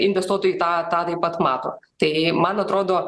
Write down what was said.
investuotojai tą tą taip pat mato tai man atrodo